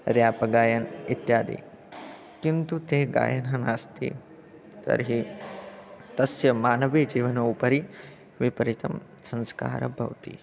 र्यापगायन् इत्यादि किन्तु ते गायनं नास्ति तर्हि तस्य मानवीयजीवनोपरि विपरीतं संस्कारं भवति